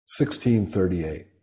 1638